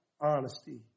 honesty